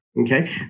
Okay